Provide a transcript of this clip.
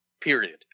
period